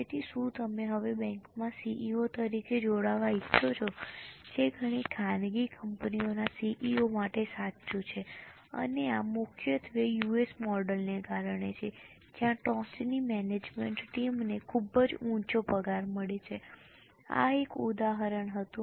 તેથી શું તમે હવે બેંકમાં સીઈઓ તરીકે જોડાવા ઈચ્છો છો જે ઘણી ખાનગી કંપનીઓના સીઈઓ માટે સાચું છે અને આ મુખ્યત્વે યુએસ મોડલને કારણે છે જ્યાં ટોચની મેનેજમેન્ટ ટીમને ખૂબ જ ઊંચો પગાર મળે છે આ એક ઉદાહરણ હતું